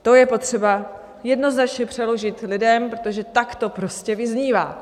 To je potřeba jednoznačně přeložit lidem, protože tak to prostě vyznívá.